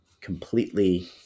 completely